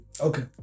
Okay